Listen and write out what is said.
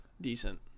decent